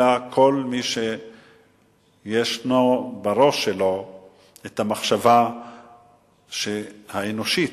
אלא כל מי שיש בראש שלו מחשבה אנושית,